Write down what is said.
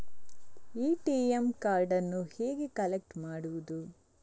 ATM ಕಾರ್ಡನ್ನು ಹೇಗೆ collect ಮಾಡುವುದು?